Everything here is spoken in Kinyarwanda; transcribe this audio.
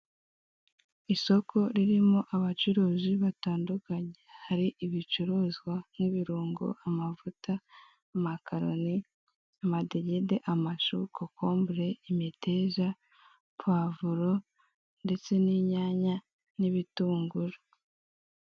Isoko ririmo abacuruzi batandukanye hari ibicuruzwa nk'ibirungo, amacuta, amakaroni, amadegede, amashu, kokombure, imiteja, puwavuro ndetse n'inyanya n'ibitunguru.